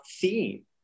theme